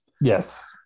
yes